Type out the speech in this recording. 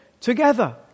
together